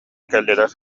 кэллилэр